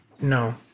No